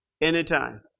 anytime